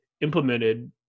implemented